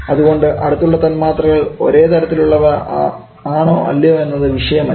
അതുകൊണ്ട് അടുത്തുള്ള തന്മാത്രകൾ ഒരേ തരത്തിലുള്ളവ ആണോ അല്ലയോ എന്നത് വിഷയമല്ല